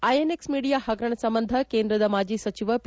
INX media ಪಗರಣ ಸಂಬಂಧ ಕೇಂದ್ರದ ಮಾಜಿ ಸಚಿವ ಪಿ